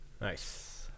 Nice